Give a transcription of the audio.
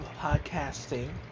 podcasting